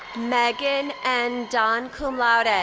magna and and ah and cum laude.